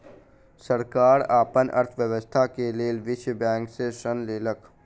सरकार अपन अर्थव्यवस्था के लेल विश्व बैंक से ऋण लेलक